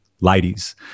ladies